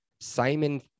Simon